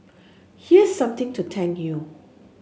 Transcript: here's something to thank you